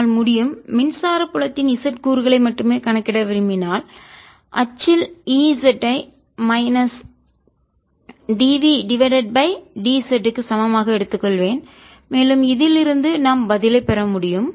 என்னால் முடியும் மின்சார புலத்தின் z கூறுகளை மட்டுமே கணக்கிட விரும்பினால் அச்சில் E z ஐ minus d v divided by d z க்கு சமமாக எடுத்துக்கொள்வேன் மேலும் இதில் இருந்து நாம் பதிலைப் பெற முடியும்